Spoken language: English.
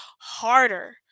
harder